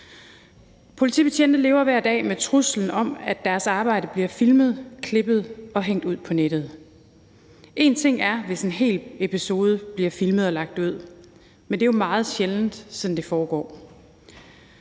Politibetjente lever hver dag med truslen om, at deres arbejde bliver filmet, klippet og lagt ud på nettet. En ting er, hvis en hel episode bliver filmet og lagt ud, men det er jo meget sjældent sådan, det foregår.